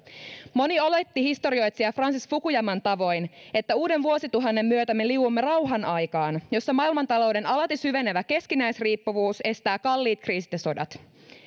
moni oletti historioitsija francis fukuyaman tavoin että uuden vuosituhannen myötä me liuumme rauhanaikaan jossa maailmantalouden alati syvenevä keskinäisriippuvuus estää kalliit kriisit ja sodat